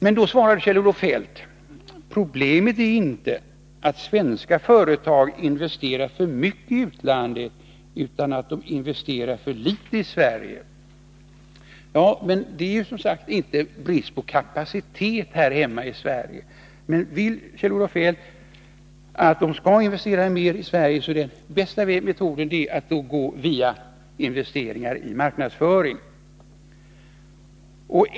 Kjell-Olof Feldt sade: ”Problemet är inte i första hand att svenska företag investerar för mycket i utlandet utan att de investerar för litet i Sverige.” Det är som sagt inte brist på kapacitet här hemma i Sverige. Vill Kjell-Olof Feldt att företagen skall investera mer i Sverige är den bästa metoden att gå via investeringar i marknadsföring.